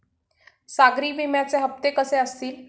सागरी विम्याचे हप्ते कसे असतील?